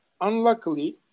unluckily